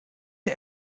der